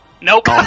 Nope